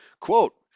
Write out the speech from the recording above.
Quote